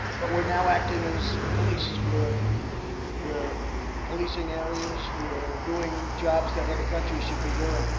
but we're now acting as police. we're we're policing areas. we're doing jobs that other countries should be doing.